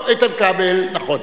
לא, איתן כבל, נכון.